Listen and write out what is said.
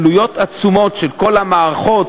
עלויות עצומות של כל המערכות,